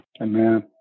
Amen